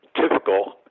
typical